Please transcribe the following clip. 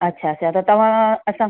अच्छा अच्छा त तव्हांं असां